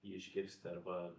išgirsti arba